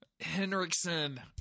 Henriksen